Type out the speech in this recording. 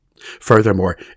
Furthermore